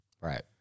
Right